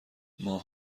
ماه